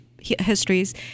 histories